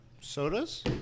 sodas